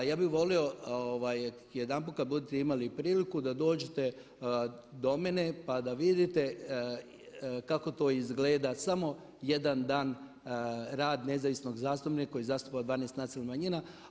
Ja bih volio jedanput kada budete imali priliku da dođete do mene pa da vidite kako to izgleda samo jedan dan rad nezavisnog zastupnika koji zastupa 12 nacionalnih manjina.